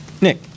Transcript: Nick